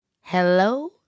Hello